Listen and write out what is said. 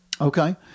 Okay